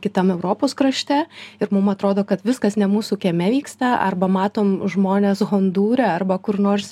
kitam europos krašte ir mum atrodo kad viskas ne mūsų kieme vyksta arba matom žmones hondūre arba kur nors